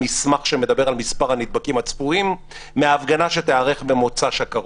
מסמך שמדבר על מספר הנדבקים הצפויים מההפגנה שתיערך במוצאי שבת הקרוב.